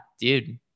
dude